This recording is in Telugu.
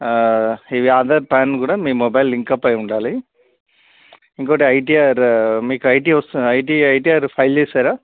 ఇది ఆధార్ పాన్ కూడా మీ మొబైల్ లింకప్ అయి ఉండాలి ఇంకోటి ఐటీఆర్ మీకు ఐటీ వస్తుం ఐటీ ఐటీఆర్ ఫైల్ చేసారా